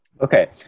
Okay